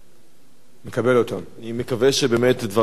אני מקווה שבאמת דבריו של סגן השר נכונים